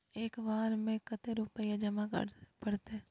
एक बार में कते रुपया जमा करे परते?